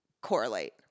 correlate